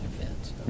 events